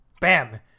Bam